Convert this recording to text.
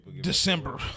December